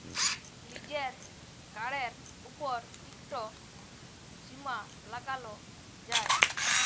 লিজের কাড়ের উপর ইকট সীমা লাগালো যায়